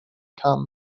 kamen